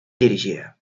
dirigia